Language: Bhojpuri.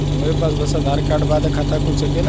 हमरे पास बस आधार कार्ड बा त खाता खुल सकेला?